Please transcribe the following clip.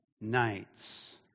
nights